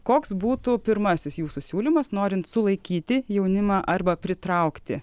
koks būtų pirmasis jūsų siūlymas norint sulaikyti jaunimą arba pritraukti